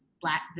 Black